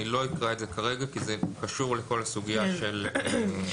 לא אקרא את זה כרגע כי זה קשור לכל הסוגייה של האחסנה.